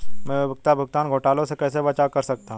मैं उपयोगिता भुगतान घोटालों से कैसे बचाव कर सकता हूँ?